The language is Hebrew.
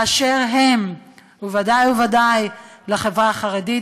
באשר הם, ודאי וודאי לחברה החרדית.